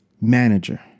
manager